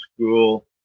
school